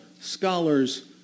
scholars